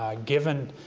given